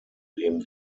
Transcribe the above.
leben